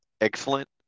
excellent